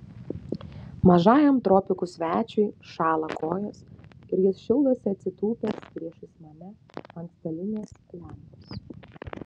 mažajam tropikų svečiui šąla kojos ir jis šildosi atsitūpęs priešais mane ant stalinės lempos